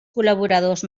col·laboradors